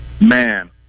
Man